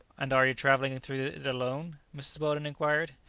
and are you travelling through it alone? mrs. weldon inquired.